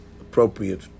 appropriate